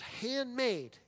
handmade